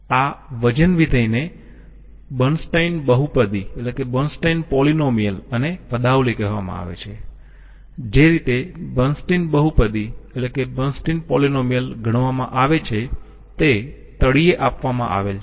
આ વજન વિધેય ને બર્નસ્ટેઇન બહુપદી અને પદાવલિ કહેવામાં આવે છે જે રીતે બર્ન્સટિન બહુપદી ગણવામાં આવે છે તે તળિયે આપવામાં આવેલ છે